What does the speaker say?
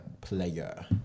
player